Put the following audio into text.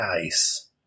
nice